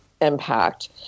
impact